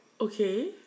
Okay